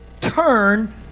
turn